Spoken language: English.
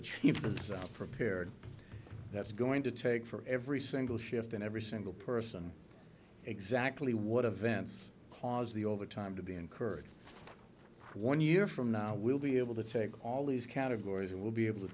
the chief was prepared that's going to take for every single shift in every single person exactly what events cause the overtime to be incurred one year from now will be able to take all these categories will be able to